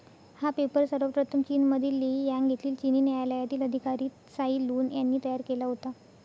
हा पेपर सर्वप्रथम चीनमधील लेई यांग येथील चिनी न्यायालयातील अधिकारी त्साई लुन यांनी तयार केला होता